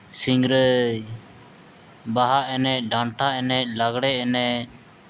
ᱥᱤᱝᱨᱟᱹᱭ ᱵᱟᱦᱟ ᱮᱱᱮᱡ ᱰᱟᱱᱴᱟ ᱮᱱᱮᱡ ᱞᱟᱜᱽᱬᱮ ᱮᱱᱮᱡ